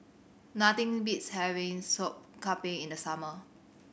nothing beats having Sop Kambing in the summer